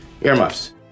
Earmuffs